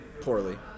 poorly